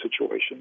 situation